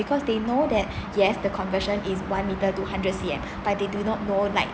because they know that yes the convention is one meter two hundred C_M but they do not know like